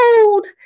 cold